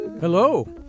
Hello